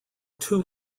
two